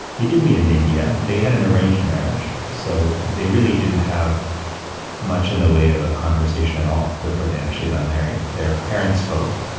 they did meet in india, and they had an arranged marriage. so, they really didn't have much in the way of a conversation at all before they actually got married. their parents spoke,